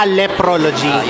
leprology